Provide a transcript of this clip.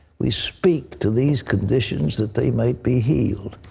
we speak to these conditions, that they might be healed.